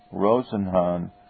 Rosenhan